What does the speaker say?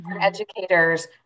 educators